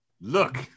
Look